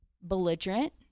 belligerent